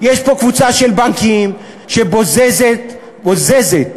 יש פה קבוצה של בנקים שבוזזת, בוזזת